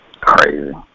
Crazy